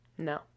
No